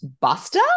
buster